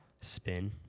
spin